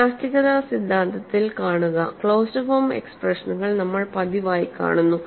ഇലാസ്തികത സിദ്ധാന്തത്തിൽ കാണുക ക്ലോസ്ഡ് ഫോം എക്സ്പ്രഷനുകൾ നമ്മൾ പതിവായി കാണുന്നു